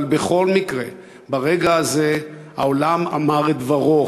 אבל בכל מקרה ברגע הזה העולם אמר את דברו.